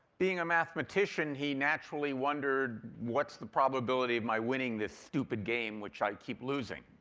being a mathematician, he naturally wondered, what's the probability of my winning this stupid game which i keep losing?